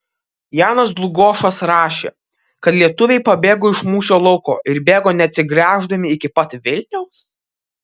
janas dlugošas rašė kad lietuviai pabėgo iš mūšio lauko ir bėgo neatsigręždami iki pat vilniaus